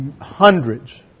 hundreds